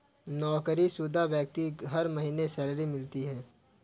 नौकरीशुदा व्यक्ति को हर महीने सैलरी मिलती है